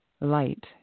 light